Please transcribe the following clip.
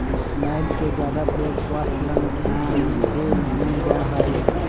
मैद के ज्यादा प्रयोग स्वास्थ्य ला नुकसान देय मानल जाहई